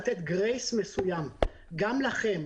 לתת גרייס מסוים לכם,